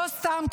לא סתם,